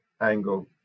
angle